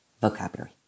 vocabulary